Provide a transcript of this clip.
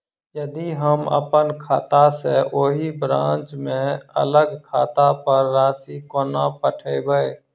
यदि हम अप्पन खाता सँ ओही ब्रांच केँ अलग खाता पर राशि कोना पठेबै?